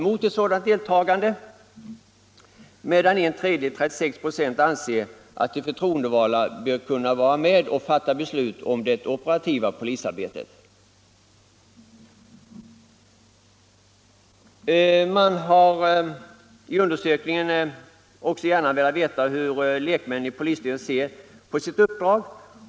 Man har i undersökningen också gärna velat veta hur lekmännen i polisstyrelserna ser på sitt uppdrag.